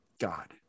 God